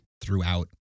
throughout